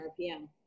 RPM